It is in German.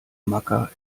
macker